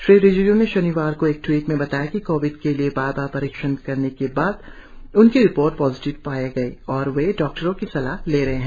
श्री रिजिजू ने शनिवार को एक ट्वीट में बताया कि कोविड के लिए बार बार परीक्षण करने के बाद उनकी रिपोर्ट पॉजिटिव पाया गया है और वे डॉक्टरों की सलाह ले रहे है